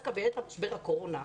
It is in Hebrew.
דווקא בעת משבר הקורונה,